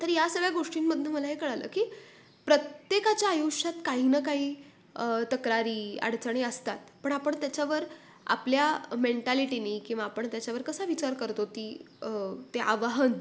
तर या सगळ्या गोष्टींमधून मला हे कळलं की प्रत्येकाच्या आयुष्यात काही ना काही तक्रारी अडचणी असतात पण आपण त्याच्यावर आपल्या मेंटालिटीने किंवा आपण त्याच्यावर कसा विचार करतो ती ते आवाहन